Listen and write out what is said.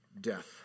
Death